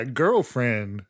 girlfriend